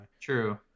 true